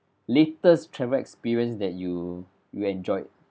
latest travel experience that you you enjoyed